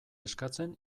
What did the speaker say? eskatzen